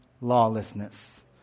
lawlessness